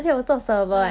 orh okay